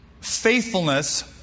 faithfulness